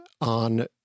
on